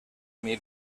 mil